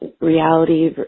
reality